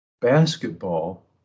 basketball